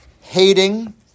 Hating